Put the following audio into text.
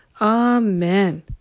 amen